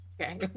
Okay